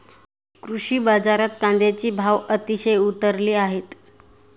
कृषी बाजारात कांद्याचे भाव अतिशय उतरले आहेत